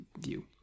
view